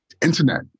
internet